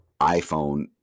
iPhone